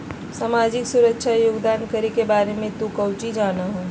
सामाजिक सुरक्षा योगदान करे के बारे में तू काउची जाना हुँ?